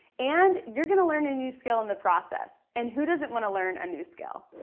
and you're gonna learn a new skill in the process. and who doesn't wanna learn a new skill?